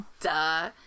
Duh